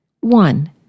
One